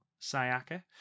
Sayaka